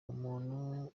umuntu